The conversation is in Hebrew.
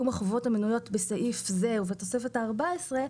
החובות המנויות בסעיף זה ובתוספת הארבע-עשרה,